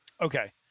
Okay